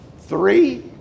Three